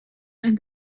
and